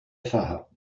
far